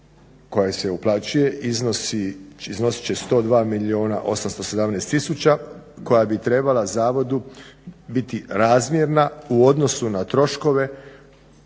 koja se uplaćuje iznosit će 102 milijuna 817 tisuća koja bi trebala biti zavodu biti razmjerna u odnosu na troškove